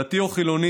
דתי או חילוני,